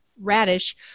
radish